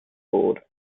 board